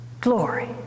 Glory